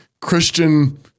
Christian